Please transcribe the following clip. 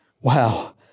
Wow